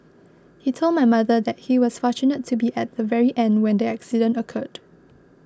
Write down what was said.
he told my mother that he was fortunate to be at the very end when the accident occurred